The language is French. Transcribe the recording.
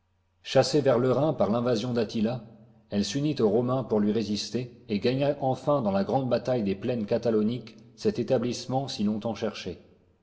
chassée vers le rhin par l'invasion d'attila elle s'unit aux romains pour lui résister et gagna enfin dans la grande bataille des plaines catalauniques cet établissement si longtemps cherché